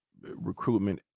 recruitment